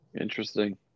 Interesting